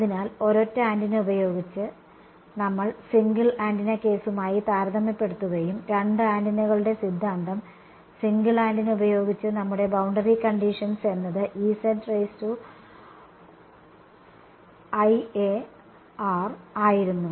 അതിനാൽ ഒരൊറ്റ ആന്റിന ഉപയോഗിച്ച് ഞങ്ങൾ സിംഗിൾ ആന്റിന കേസുമായി താരതമ്യപ്പെടുത്തുകയും രണ്ട് ആന്റിനകളുടെ സിദ്ധാന്തം സിംഗിൾ ആന്റിന ഉപയോഗിച്ച് നമ്മുടെ ബൌണ്ടറി കണ്ടിഷൻ എന്നത് ആയിരുന്നു